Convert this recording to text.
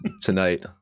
tonight